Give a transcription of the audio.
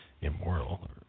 immoral